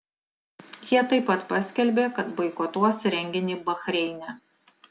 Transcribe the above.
jie taip pat paskelbė kad boikotuos renginį bahreine